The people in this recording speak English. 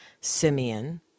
Simeon